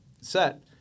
set